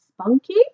spunky